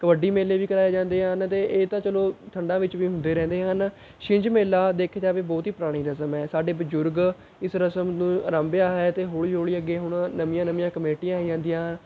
ਕਬੱਡੀ ਮੇਲੇ ਵੀ ਕਰਵਾਏ ਜਾਂਦੇ ਹਨ ਅਤੇ ਇਹ ਤਾਂ ਚਲੋ ਠੰਡਾਂ ਵਿੱਚ ਵੀ ਹੁੰਦੇ ਰਹਿੰਦੇ ਹਨ ਛਿੰਝ ਮੇਲਾ ਦੇਖਿਆ ਜਾਵੇ ਬਹੁਤ ਹੀ ਪੁਰਾਣੀ ਰਸਮ ਹੈ ਸਾਡੇ ਬਜ਼ੁਰਗ ਇਸ ਰਸਮ ਨੂੰ ਅਰੰਭਿਆ ਹੈ ਅਤੇ ਹੌਲ਼ੀ ਹੌਲ਼ੀ ਅੱਗੇ ਹੁਣ ਨਵੀਆਂ ਨਵੀਆਂ ਕਮੇਟੀਆਂ ਆਈ ਜਾਂਦੀਆਂ ਹੈ